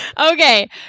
Okay